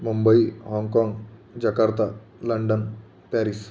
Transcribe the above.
मुंबई हाँगकाँग Jakarta London Paris